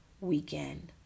weekend